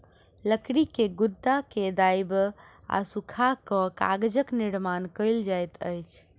लकड़ी के गुदा के दाइब आ सूखा कअ कागजक निर्माण कएल जाइत अछि